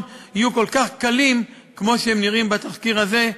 יהיו כל כך קלים כמו שהם נראים בתחקיר הזה,